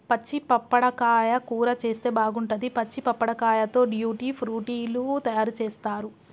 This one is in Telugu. పచ్చి పప్పడకాయ కూర చేస్తే బాగుంటది, పచ్చి పప్పడకాయతో ట్యూటీ ఫ్రూటీ లు తయారు చేస్తారు